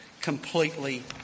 completely